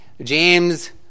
James